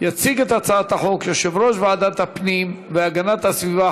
יציג את הצעת החוק יושב-ראש ועדת הפנים והגנת הסביבה,